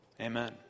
Amen